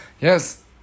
Yes